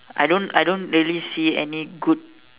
I don't I don't really see any good